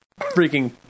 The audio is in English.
freaking